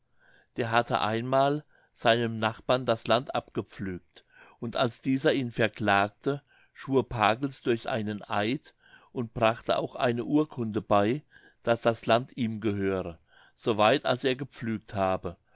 der hatte einmal seinem nachbar das land abgepflügt und als dieser ihn verklagte schwur pagels durch einen eid und brachte auch eine urkunde bei daß das land ihm gehöre so weit als er gepflügt habe